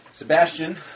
Sebastian